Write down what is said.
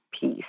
peace